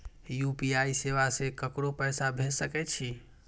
UPI सेवा से ककरो पैसा भेज सके छी?